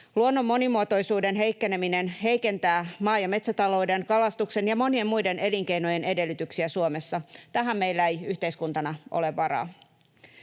Luonnon monimuotoisuuden heikkeneminen heikentää maa- ja metsätalouden, kalastuksen ja monien muiden elinkeinojen edellytyksiä Suomessa. Tähän meillä ei yhteiskuntana ole varaa.